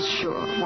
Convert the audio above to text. sure